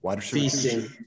feasting